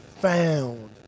found